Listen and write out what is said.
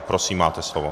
Prosím, máte slovo.